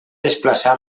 desplaçar